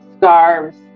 scarves